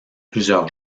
plusieurs